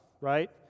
right